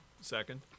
Second